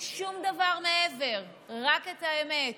שום דבר מעבר, רק את האמת.